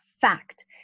fact